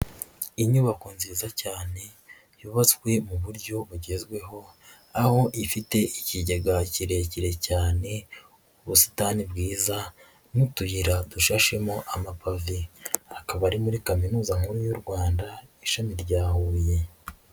Inyubako nziza cyane yubatswe mu buryo bugezweho, aho ifite ikigega kirekire cyane, ubusitani bwiza, n'utuyira dushashemo amapave, akaba ari muri kaminuza nkuru y'u Rwanda ishami rya Huye.